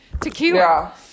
tequila